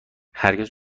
هرگز